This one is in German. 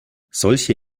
solche